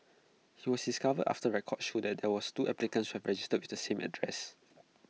he was discovered after records showed that there were two applicants who had registered with the same address